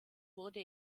wurde